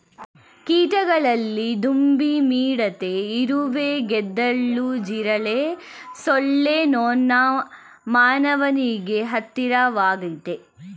ಕೀಟಗಳಲ್ಲಿ ದುಂಬಿ ಮಿಡತೆ ಇರುವೆ ಗೆದ್ದಲು ಜಿರಳೆ ಸೊಳ್ಳೆ ನೊಣ ಮಾನವನಿಗೆ ಹತ್ತಿರವಾಗಯ್ತೆ